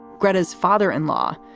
greg, his father in law.